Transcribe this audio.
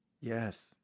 Yes